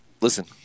Listen